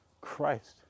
Christ